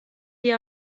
dir